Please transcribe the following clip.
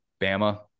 Bama